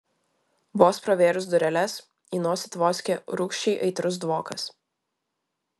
vos pravėrus dureles į nosį tvoskė rūgščiai aitrus dvokas